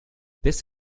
this